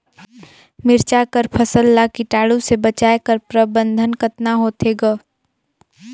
मिरचा कर फसल ला कीटाणु से बचाय कर प्रबंधन कतना होथे ग?